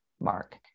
mark